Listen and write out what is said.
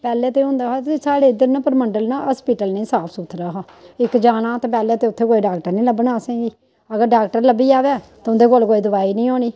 पैह्लें ते होंदा हा जि'यां साढ़े इद्धर ना परमंडल न हास्पिटल न साफ सुथरा इक जाना ते पैह्लें ते उत्थै कोई डाॅक्टर निं लब्भना असें गी अगर डाॅक्टर लब्भी जाए ते उं'दे कोल कोई दोआई निं होनी